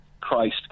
Christ